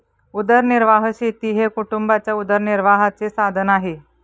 उदरनिर्वाह शेती हे कुटुंबाच्या उदरनिर्वाहाचे साधन आहे